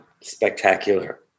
spectacular